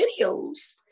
videos